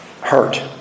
hurt